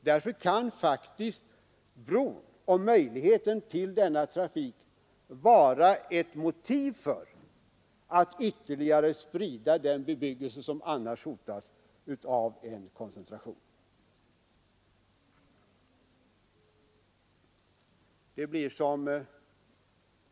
Därför kan faktiskt bron och möjligheten till denna trafik vara ett motiv för att ytterligare sprida den bebyggelse som annars hotas av en koncentration.